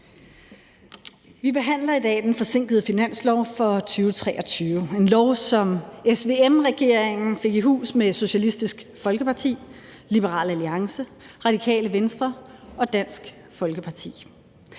Vi behandler i dag det forsinkede finanslovsforslag for 2023 – en finanslovsaftale, som SVM-regeringen fik i hus med Socialistisk Folkeparti, Liberal Alliance, Radikale Venstre og Dansk Folkeparti.